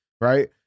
right